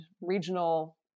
regional